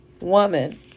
Woman